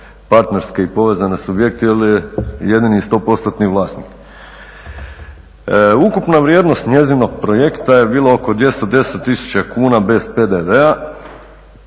partnerske i povezane subjekte jer je jedini i 100%tni vlasnik. Ukupna vrijednost njezinog projekta je bilo oko 210 tisuća kuna bez PDV-a,